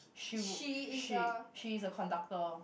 she would she she is a conductor